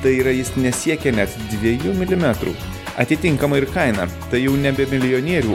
tai yra jis nesiekia net dviejų milimetrų atitinkama ir kaina tai jau nebe milijonierių